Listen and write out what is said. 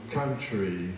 country